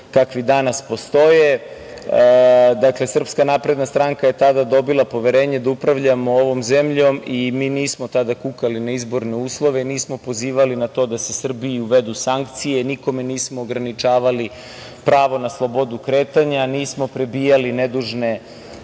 kakvi danas postoje. Dakle, SNS je tada dobila poverenje da upravljamo ovom zemljom i mi nismo tada kukali na izborne uslove i nismo pozivali na to da se Srbiji uvedu sankcije, nikome nismo ograničavali pravo na slobodu kretanja, nismo prebijali nedužne